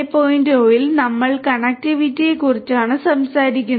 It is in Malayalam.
0 ൽ നമ്മൾ കണക്റ്റിവിറ്റിയെക്കുറിച്ചാണ് സംസാരിക്കുന്നത്